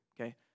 okay